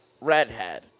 redhead